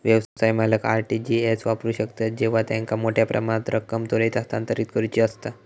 व्यवसाय मालक RTG S वापरू शकतत जेव्हा त्यांका मोठ्यो प्रमाणात रक्कम त्वरित हस्तांतरित करुची असता